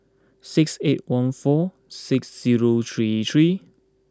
six eight one four six zero three three